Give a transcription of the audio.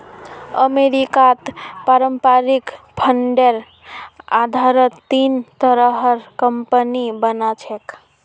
अमरीकात पारस्परिक फंडेर आधारत तीन तरहर कम्पनि बना छेक